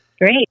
Great